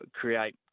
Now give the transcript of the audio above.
create